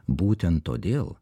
būtent todėl